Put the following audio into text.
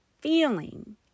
feeling